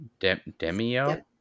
Demio